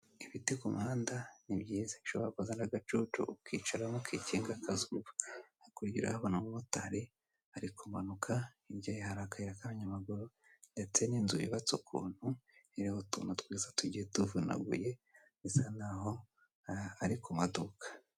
Ibiti ku muhanda ni byiza bishobora kuzana agacucu ukicaramo ukikinga akazuba, hakurya urahabona umumotari ari kumanuka, hirya ye hari akayira k'abanyamaguru ndetse n'inzu yubatse ukuntu iriho utuntu twiza tugiye tuvunaguye, bisa nk'aho ari ku maduka.